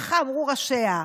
כך אמרו ראשיה.